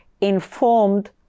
informed